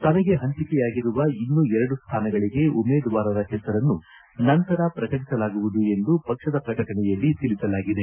ತನಗೆ ಪಂಚಿಕೆಯಾಗಿರುವ ಇನ್ನೂ ಎರಡು ಸ್ವಾನಗಳಿಗೆ ಉಮೇದುವಾರರ ಹೆಸರನ್ನು ನಂತರ ಪ್ರಕಟಿಸಲಾಗುವುದು ಎಂದು ಪಕ್ಷದ ಪ್ರಕಟಣೆಯಲ್ಲಿ ತಿಳಿಸಲಾಗಿದೆ